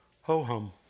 ho-hum